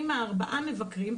עם הארבעה מבקרים,